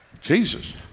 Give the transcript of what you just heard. Jesus